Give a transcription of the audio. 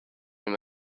him